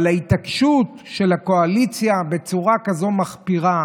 אבל ההתעקשות של הקואליציה בצורה כזו מחפירה